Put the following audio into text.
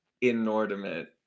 inordinate